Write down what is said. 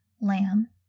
lamb